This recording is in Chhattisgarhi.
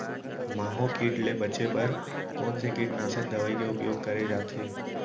माहो किट ले बचे बर कोन से कीटनाशक दवई के उपयोग करे जाथे?